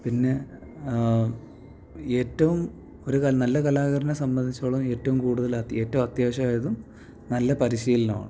പിന്നെ ഏറ്റവും ഒരു കലാ നല്ല കലാകാരനെ സംബന്ധിച്ചിടത്തോളം ഏറ്റവും കൂടുതലായി അത്യാ ഏറ്റവും അത്യാവശ്യമായതും നല്ല പരിശീലനമാണ്